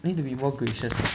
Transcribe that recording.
need to be more gracious lah